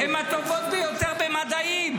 הן הטובות ביותר במדעים,